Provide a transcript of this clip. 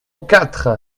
quatre